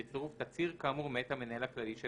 בצירוף תצהיר כאמור מאת המנהל הכללי של